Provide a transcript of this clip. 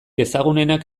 ezagunenak